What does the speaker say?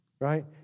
Right